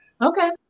Okay